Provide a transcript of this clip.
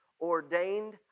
ordained